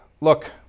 look